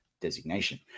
designation